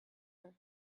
her